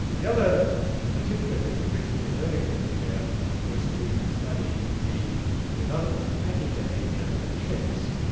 the other particular thing that richard did early in his career was to study the development of pecking behaviour in chicks.